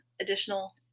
additional